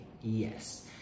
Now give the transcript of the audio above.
Yes